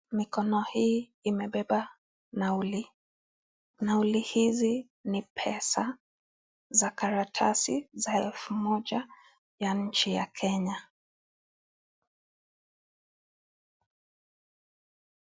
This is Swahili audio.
Mikono hii imebeba nauli. Nauli hizi ni pesa za karatasi za elfu moja ya nchi ya Kenya.